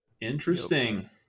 Interesting